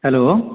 hello